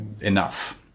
enough